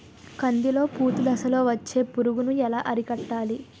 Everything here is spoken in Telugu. కందిలో పూత దశలో వచ్చే పురుగును ఎలా అరికట్టాలి?